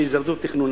שיזרזו את התכנון.